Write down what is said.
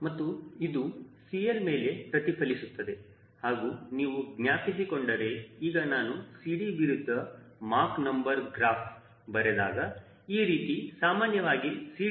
ಮತ್ತು ಇದು CL ಮೇಲೆ ಪ್ರತಿಫಲಿಸುತ್ತದೆ ಹಾಗೆ ನೀವು ಜ್ಞಾಪಿಸಿಕೊಂಡರೆ ಈಗ ನಾನು CD ವಿರುದ್ಧ ಮಾಕ್ ನಂಬರ್ ಗ್ರಾಫ್ ಬರೆದಾಗ ಈ ರೀತಿ ಸಾಮಾನ್ಯವಾಗಿ CD0 0